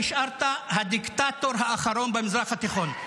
נשארת הדיקטטור האחרון במזרח התיכון.